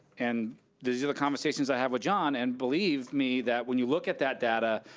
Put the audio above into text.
and these are the conversations i have with john, and believe me that when you look at that data,